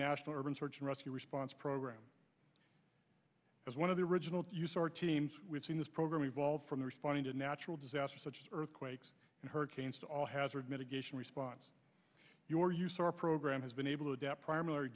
national urban search and rescue response program as one of the original use or teams within this program evolved from responding to natural disasters such as earthquakes hurricanes all hazard mitigation response your use or program has been able to adapt primary